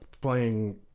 playing